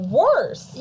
worse